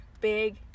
big